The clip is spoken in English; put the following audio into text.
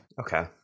Okay